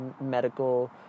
medical